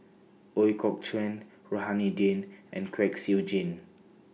Ooi Kok Chuen Rohani Din and Kwek Siew Jin